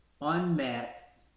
unmet